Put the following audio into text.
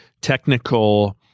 technical